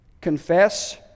confess